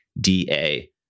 DA